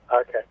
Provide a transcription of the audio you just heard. Okay